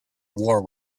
war